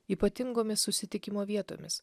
ypatingomis susitikimo vietomis